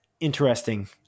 interesting